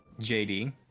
JD